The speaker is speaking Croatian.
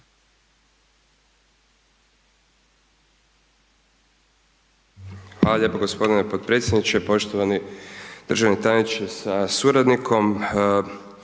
Hvala lijepa g. potpredsjedniče. Poštovani državni tajniče sa suradnikom,